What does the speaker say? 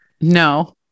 No